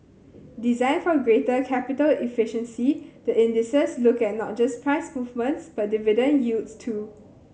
designed for greater capital efficiency the indices look at not just price movements but dividend yields too